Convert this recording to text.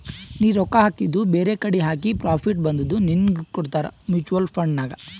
ನೀ ರೊಕ್ಕಾ ಹಾಕಿದು ಬೇರೆಕಡಿ ಹಾಕಿ ಪ್ರಾಫಿಟ್ ಬಂದಿದು ನಿನ್ನುಗ್ ಕೊಡ್ತಾರ ಮೂಚುವಲ್ ಫಂಡ್ ನಾಗ್